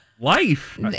Life